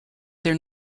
their